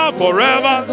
forever